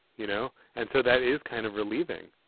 you know. and so that is kind of relieving.